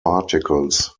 particles